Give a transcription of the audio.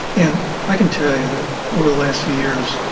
and i can tell you that over the last few years,